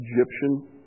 Egyptian